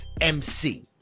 MC